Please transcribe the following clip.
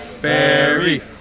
berry